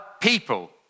people